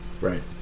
Right